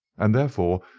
and, therefore,